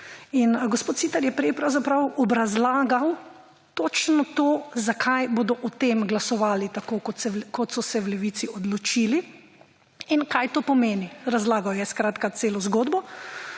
In gospod Siter je prej pravzaprav obrazlagal točno to zakaj bodo o tem glasovali tako kot so se v Levici odločili in kaj to pomeni, razlagal je skratka celo zgodbo.